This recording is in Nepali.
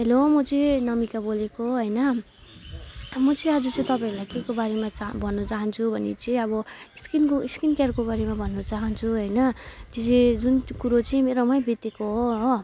हेल्लो म चाहिँ नमिका बोलेको हैन म चाहिँ आज चाहिँ तपाईँहरूलाई केको बारेमा चा भन्न चाहन्छु भने चाहिँ अब स्किनको स्किनकेयरको बारेमा भन्न चाहन्छु हैन त्यो चाहिँ जुन कुरो चाहिँ मेरोमै बितेको हो हो